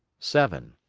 seven.